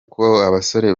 abasore